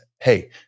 Hey